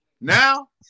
now